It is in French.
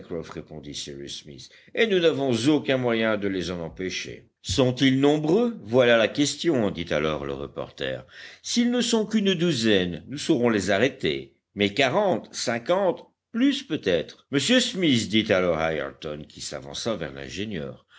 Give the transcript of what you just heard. répondit cyrus smith et nous n'avons aucun moyen de les en empêcher sont-ils nombreux voilà la question dit alors le reporter s'ils ne sont qu'une douzaine nous saurons les arrêter mais quarante cinquante plus peut-être monsieur smith dit alors ayrton qui s'avança vers l'ingénieur